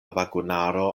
vagonaro